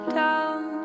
down